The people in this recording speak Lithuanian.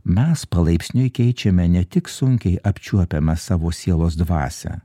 mes palaipsniui keičiame ne tik sunkiai apčiuopiamą savo sielos dvasią